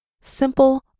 simple